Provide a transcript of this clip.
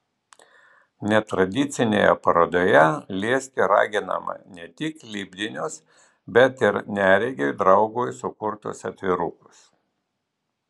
netradicinėje parodoje liesti raginama ne tik lipdinius bet ir neregiui draugui sukurtus atvirukus